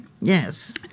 Yes